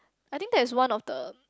I think that is one of the